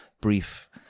brief